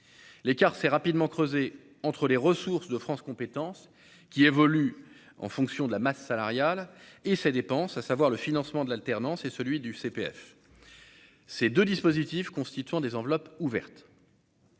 l'écart s'est rapidement creusé entre les ressources de France compétences qui évolue en fonction de la masse salariale et ses dépenses, à savoir le financement de l'alternance et celui du CPF, ces 2 dispositifs constituant des enveloppes ouvertes.